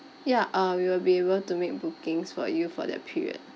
yeah uh we will be able to make bookings for you for that period